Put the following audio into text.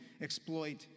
exploit